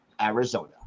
Arizona